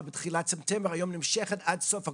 בתחילת ספטמבר היום נמשכת עד סוף אוקטובר,